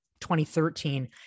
2013